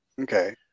Okay